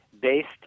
based